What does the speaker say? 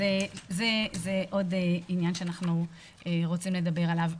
זה עוד עניין שאנחנו רוצים לדבר עליו,